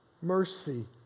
mercy